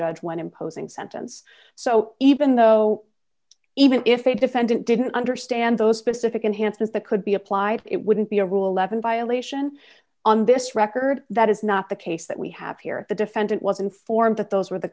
judge when imposing sentence so even though even if a defendant didn't understand those specific enhanced with the could be applied it wouldn't be a rule eleven violation on this record that is not the case that we have here the defendant was informed that those were the